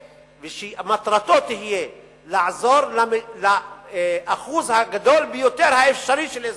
שמטרתו תהיה לעזור לאחוז הגדול ביותר האפשרי של אזרחים,